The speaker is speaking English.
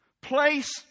Place